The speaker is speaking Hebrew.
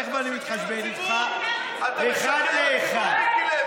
תכף, אני מתחשבן איתך אחד לאחד.